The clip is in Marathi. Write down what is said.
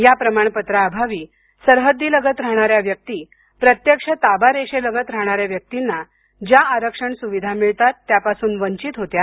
या प्रमाणपत्राअभावी सरहद्दीलगत राहणाऱ्या व्यक्ती प्रत्यक्ष ताबा रेषेलगत राहणाऱ्या व्यक्तींना ज्या आरक्षण सुविधा मिळतात त्यापासून वंचित होत्या